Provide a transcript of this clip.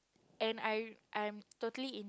and I I'm totally in